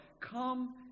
come